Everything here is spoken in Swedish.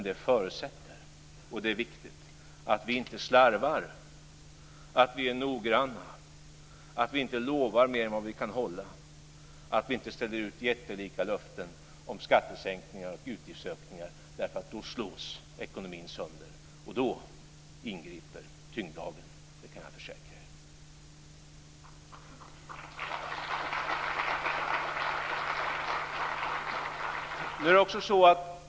Det förutsätter dock, och det är viktigt, att vi inte slarvar, att vi är noggranna, att vi inte lovar mer än vad vi kan hålla, att vi inte ställer ut jättelika löften om skattesänkningar och utgiftsökningar, därför att då slås ekonomin sönder och då ingriper tyngdlagen, det kan jag försäkra er.